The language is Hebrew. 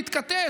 להתכתש,